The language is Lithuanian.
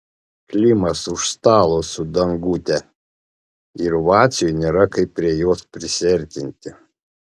klimas už stalo su dangute ir vaciui nėra kaip prie jos prisiartinti